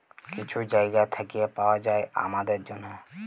কিছু জায়গা থ্যাইকে পাউয়া যায় আমাদের জ্যনহে